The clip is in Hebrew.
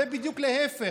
זה בדיוק להפך.